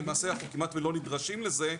למעשה אנחנו כמעט ולא נדרשים לזה,